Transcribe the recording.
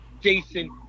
Jason